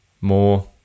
more